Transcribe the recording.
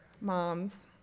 moms